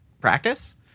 practice